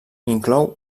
inclou